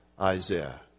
Isaiah